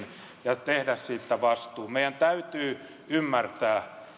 ja ottaa siitä vastuun meidän täytyy ymmärtää